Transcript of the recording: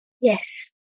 yes